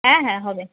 হ্যাঁ হ্যাঁ হবে